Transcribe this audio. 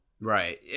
Right